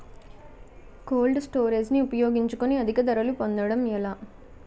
Cold storage ని ఉపయోగించుకొని అధిక ధరలు పొందడం ఎలా?